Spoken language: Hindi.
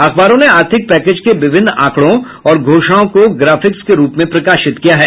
अखबारों ने आर्थिक पैकेज के विभिन्न आंकड़ों और घोषणाओं को ग्राफिक्स के रूप में प्रकाशित किया है